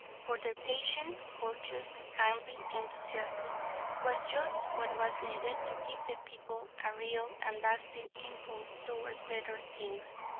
for their patient, courteous, kindly enthusiasm was just what was needed to give the people a real and lasting impulse towards better things,